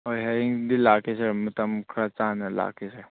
ꯍꯣꯏ ꯍꯌꯦꯡꯗꯤ ꯂꯥꯛꯀꯦ ꯁꯥꯔ ꯃꯇꯝ ꯈꯔ ꯆꯥꯅ ꯂꯥꯛꯀꯦ ꯁꯥꯔ